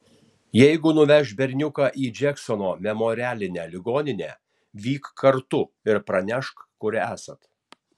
jeigu nuveš berniuką į džeksono memorialinę ligoninę vyk kartu ir pranešk kur esat